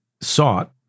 sought